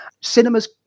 Cinemas